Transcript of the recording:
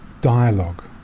dialogue